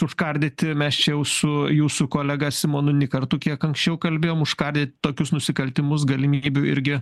užkardyti mes čia jau su jūsų kolega simonu nikartu kiek anksčiau kalbėjom užkardyt tokius nusikaltimus galimybių irgi